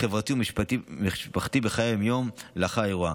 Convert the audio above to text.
חברתי ומשפחתי בחיי היום-יום לאחר האירוע.